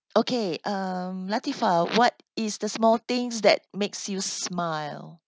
okay um latifah what is the small things that makes you smile